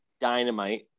dynamite